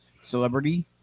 celebrity